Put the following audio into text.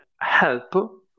help